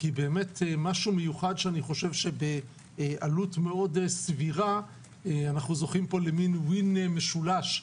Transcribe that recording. כי זו תוכנית מיוחדת שבעלות סבירה אנחנו זוכים ל"ווין" משולש,